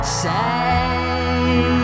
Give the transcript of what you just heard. say